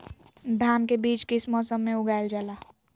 धान के बीज किस मौसम में उगाईल जाला?